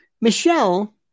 Michelle